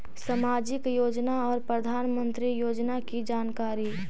समाजिक योजना और प्रधानमंत्री योजना की जानकारी?